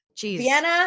vienna